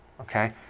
okay